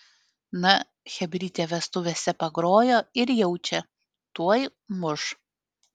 na chebrytė vestuvėse pagrojo ir jaučia tuoj muš